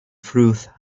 through